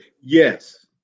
Yes